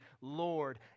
Lord